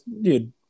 dude